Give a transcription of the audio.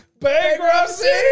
bankruptcy